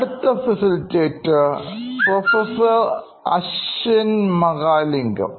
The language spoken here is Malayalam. അടുത്ത അധ്യാപകൻപ്രൊഫസർ അശ്വിൻ മഹാലിംഗം